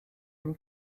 him